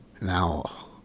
now